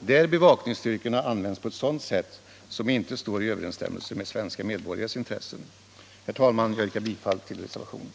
där bevakningsstyrkorna används på ett sätt som inte står i överensstämmelse med svenska medborgares intressen. Herr talman! Jag yrkar bifall till reservationen.